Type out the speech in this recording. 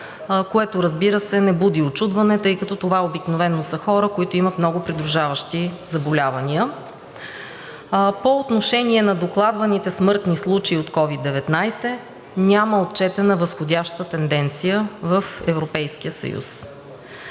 което, разбира се, не буди учудване, тъй като това обикновено са хора, които имат много придружаващи заболявания. По отношение на докладваните смъртни случаи от COVID-19 няма отчетена възходяща тенденция в Европейския съюз.